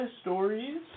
stories